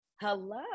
Hello